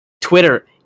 Twitter